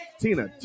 Tina